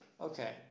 Okay